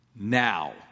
Now